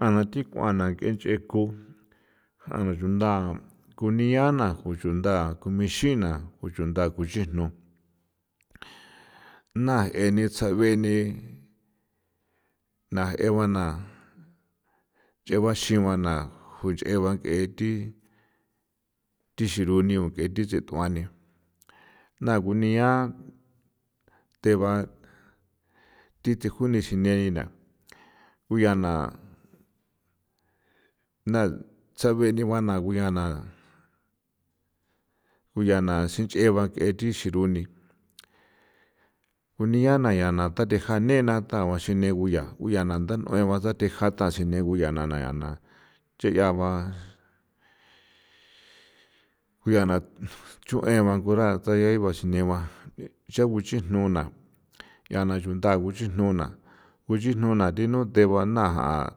Jana tikua na ke nche je ku ja na chunda kunia na ko chunda k ixin na ko chunda kixijno na geni tsjagueni na jebana nche ba xi bana juncheba ke thi thi xeruni o ke thi tsjetuani na kunia theba thi thejuxine ni na ko ncha na na tsjagueniba na na ko nchja na xincheba rua ko nche ba thi xeruni kunia na ncha the jane na nekuya nda unueba ntha tsjine kuya nchea ba ku ncha na rueba ko tsje neba thi kuxinu na nchana na chunda kuxinu nuna kuxinu u theba ja'a na nchaguana ncha na chunda kuxinuna nuna thinoo theba a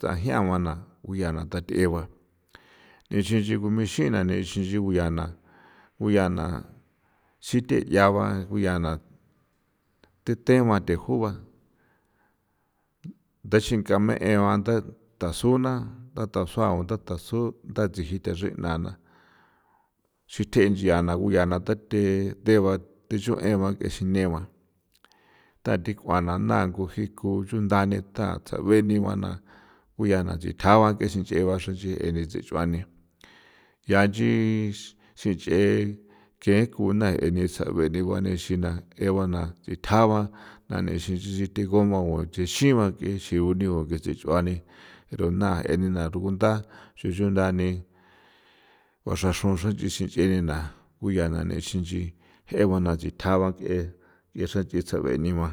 thajiagua na uyaa ntha thje ba nixinxi k ixin na ko ncha na tsji theyaau ba the tegua thejuba taxinga mee ba tuna tatasao ru ntha siji thi the na thji thje nchia na ta the dichueba negua tathikua na jiku chunda nethja rueni ba kuyaa na thi thja ba ke xincheba jee ni xechuani ncha nchi xinche'e ke junda jeni tsjagueni ba nixin jena xi jeba thjagua nane ixin guane xina na thi thjaba nane xi xi dithja u'tjsi xi ba yoo ni'i u ke tsje chuani guruna jeni rugunda xi chunda ni juaxraxun jeni na ko ncha nane ixin tegua na nii thja ba ke'e xra nchi tsjagueni ba.